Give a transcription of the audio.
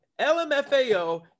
lmfao